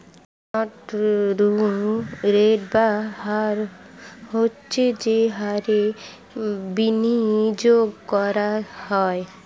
অভ্যন্তরীণ রেট বা হার হচ্ছে যে হারে বিনিয়োগ করা হয়